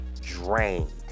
drained